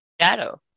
shadow